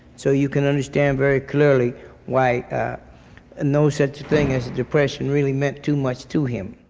so you can understand very clearly why no such thing as depression really meant too much to him.